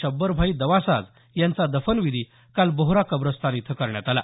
शब्बरभाई दवासाज यांचा दफनविधी काल बोहरा कब्रस्तान इथं करण्यात आला